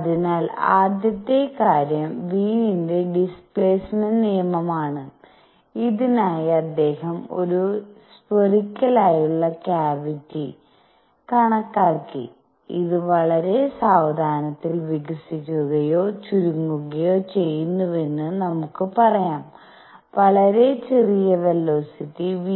അതിനാൽ ആദ്യത്തെ കാര്യം വീനിന്റെ ഡിസ്പ്ലേസ്മെന്റ് നിയമമാണ്wiens displacement law ഇതിനായി അദ്ദേഹം ഒരു സ്ഫെറിക്കാലയുള്ള ക്യാവിറ്റി കണക്കാക്കി ഇത് വളരെ സാവധാനത്തിൽ വികസിക്കുകയോ ചുരുങ്ങുകയോ ചെയ്യുന്നുവെന്ന് നമുക്ക് പറയാം വളരെ ചെറിയ വേലോസിറ്റി v